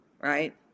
Right